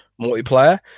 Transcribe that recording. multiplayer